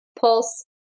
pulse